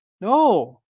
No